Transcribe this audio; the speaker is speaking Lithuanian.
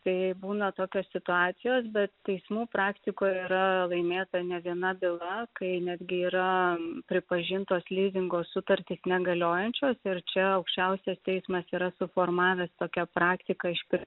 tai būna tokios situacijos bet teismų praktikoj yra laimėta ne viena byla kai netgi yra pripažintos lizingo sutartys negaliojančios ir čia aukščiausias teismas yra suformavęs tokią praktiką iš